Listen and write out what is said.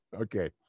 Okay